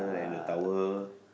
and the towel